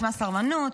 שמה סרבנות: